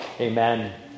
Amen